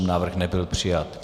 Návrh nebyl přijat.